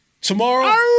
tomorrow